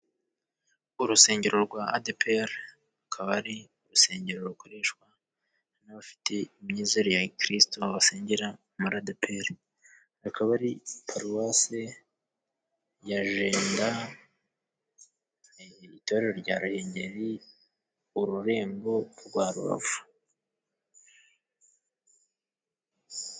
Urusengero rwa adeperi rukaba ari urusengero rukoreshwa n'abafite imyizerere ya gikiritsu basengera maradeperi, akaba ari paruwasi ya Jenda, itorero rya Ruhengeri, ururembo rwa Rubavu